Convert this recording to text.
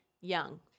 young